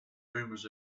rumors